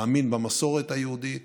מאמין במסורת היהודית